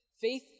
faith